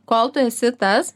kol tu esi tas